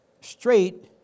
straight